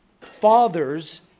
fathers